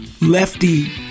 lefty